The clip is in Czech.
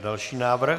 Další návrh.